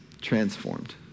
transformed